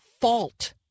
fault